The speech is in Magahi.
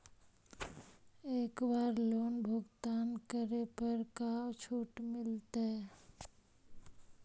एक बार लोन भुगतान करे पर का छुट मिल तइ?